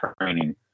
training